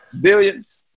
Billions